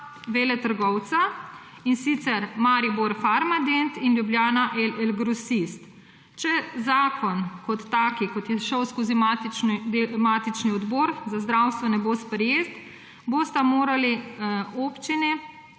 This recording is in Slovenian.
veletrgovca, in sicer Maribor Farmadent in Ljubljana LL Grosista. Če zakon kot tak, kot je šel skozi matični Odbor za zdravstvo, ne bo sprejet, bosta morali občini